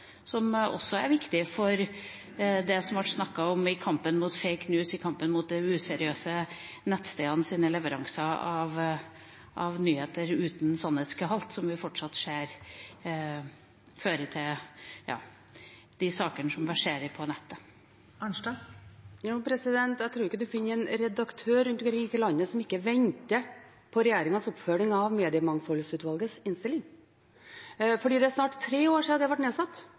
som også er viktig for det som det blir snakket om i kampen mot «fake news», i kampen mot de useriøse nettstedenes leveranser av nyheter uten sannhetsgehalt, som vi fortsatt ser fører til de sakene som verserer på nettet. Marit Arnstad – til oppfølgingsspørsmål. Jeg tror ikke man finner én redaktør rundt omkring i dette landet som ikke venter på regjeringens oppfølging av mediemangfoldsutvalgets innstilling, for det er snart tre år siden utvalget ble nedsatt,